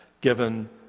given